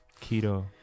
keto